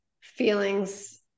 feelings